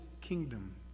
kingdom